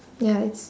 ya it's